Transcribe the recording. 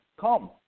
come